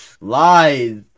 Lies